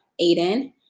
Aiden